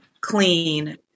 clean